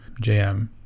JM